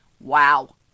Wow